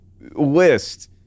list